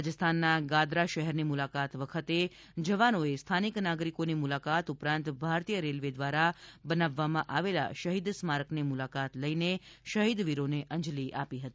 રાજસ્થાનના ગાદ્રા શહેરની મુલાકાત વખતે જવાનોએ સ્થાનિક નાગરિકોની મુલાકાત ઉપરાંત ભારતીય રેલવે દ્વારા બનાવવામાં આવેલા શહીદ સ્મારકની મુલાકાત લઇને શહીદવીરોને અંજલી આપી હતી